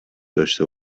داشته